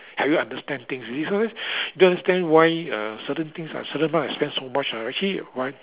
help you understand things you see sometimes do you understand why uh certain things uh certain expense I spend so much ah actually why